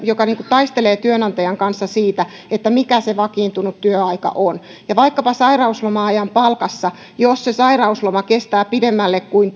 joka taistelee työnantajan kanssa siitä mikä se vakiintunut työaika on vaikkapa sairausloma ajan palkassa jos se sairausloma kestää pidemmälle kuin